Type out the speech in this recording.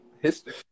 History